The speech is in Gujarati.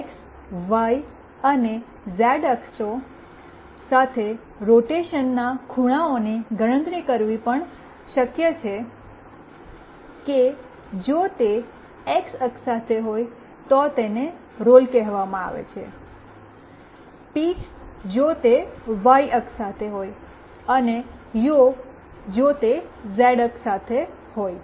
એક્સ વાય અને ઝેડ અક્ષો સાથે રોટેશનના ખૂણાઓની ગણતરી કરવી પણ શક્ય છે કે જો તે એક્સ અક્ષ સાથે હોય તો તેને રોલ કહેવામાં આવે છે પિચ જો તે વાય અક્ષ સાથે હોય અને યૉ જો તે ઝેડ અક્ષ સાથે હોય